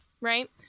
right